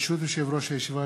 ברשות יושב-ראש הישיבה,